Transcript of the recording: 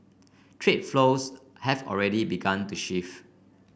trade flows have already begun to shift